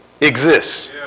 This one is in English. exists